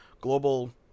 global